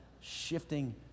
shifting